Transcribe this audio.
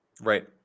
Right